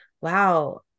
wow